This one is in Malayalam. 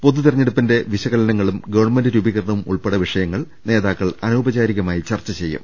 പൊതു തെര ഞ്ഞെടുപ്പിന്റെ വിശകലനവും ഗവൺമെന്റ് രൂപീകരണവും ഉൾപ്പെടെ വിഷയങ്ങൾ നേതാക്കൾ അനൌപചാരികമായി ചർച്ച ചെയ്യും